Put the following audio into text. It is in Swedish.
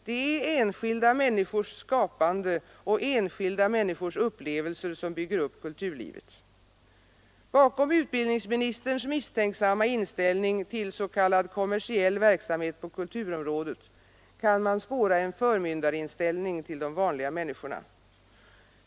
Det är enskilda människors skapande och enskilda människors upplevelser som bygger upp kulturlivet. Bakom utbildningsministerns misstänksamma inställning till s.k. kommersiell verksamhet på kulturområdet kan man spåra en förmyndarinställning till de vanliga människorna.